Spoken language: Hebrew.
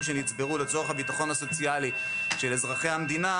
שנצברו לצורך הביטחון הסוציאלי של אזרחי המדינה,